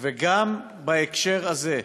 וגם בהקשר הזה,